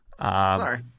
Sorry